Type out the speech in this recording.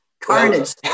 Carnage